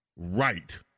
Right